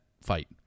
fight